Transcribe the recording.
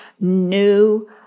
new